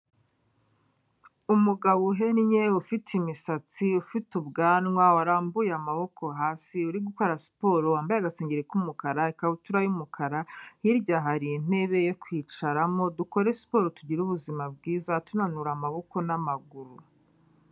Umugabo uhennye ufite imisatsi, ufite ubwanwa warambuye amaboko hasi uri gukora siporo wambaye agasengeri k'umukara, ikabutura y'umukara, hirya hari intebe yo kwicaramo, dukore siporo tugire ubuzima bwiza tunanura amaboko n'amaguru.